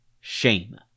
shame